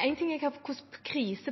ting er hvordan